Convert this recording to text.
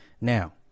Now